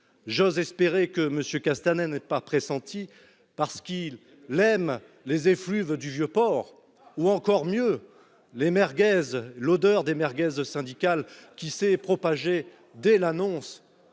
j'ose espérer que Monsieur Castanet, n'est pas pressenti, parce qu'il l'aime les effluves du Vieux Port, ou encore mieux les Guez l'odeur des merguez de syndical qui s'est propagée dès l'annonce